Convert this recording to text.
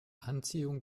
anziehung